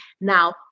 now